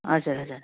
हजुर हजुर